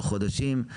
חודשים,